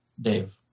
Dave